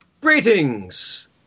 Greetings